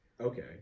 Okay